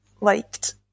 liked